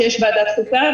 שיש ועדת חוקה,